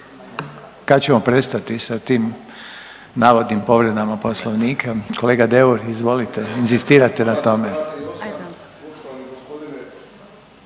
Kad ćemo prestati sa tim navodnim povredama Poslovnika? Kolega Deur, izvolite. Inzistirate na tome?